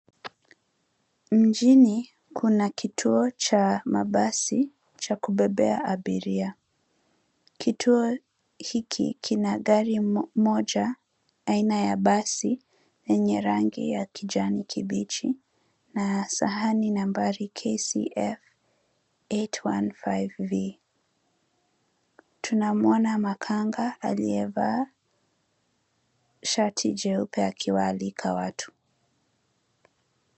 Mjini kuna kituo cha mabasi cha kubebea abiria. Kituo hiki kina gari moja aina ya basi yenye rangi ya kijani kibichi na sahani ya nambari KCF8 815V. Tunamwona makanga aliyevaa shati jeupe akiwaalika watu.